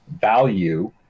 value